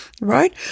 Right